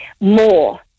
more